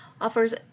offers